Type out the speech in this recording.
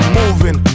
moving